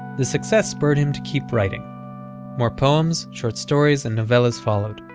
the success spurred him to keep writing more poems, short stories, and novellas followed.